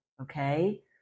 Okay